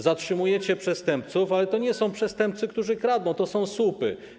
Zatrzymujecie przestępców, ale to nie są przestępcy, którzy kradną, to są słupy.